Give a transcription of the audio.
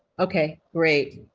okay. great.